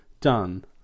done